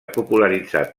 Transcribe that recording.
popularitzat